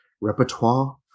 repertoire